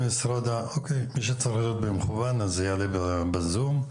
מי שידבר באופן מקוון יעלה בזום.